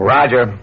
Roger